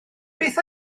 beth